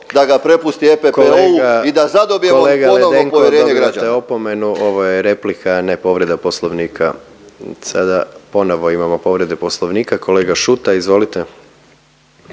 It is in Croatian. da ga prepusti EPPO-u i da zadobijemo ponovno …/Upadica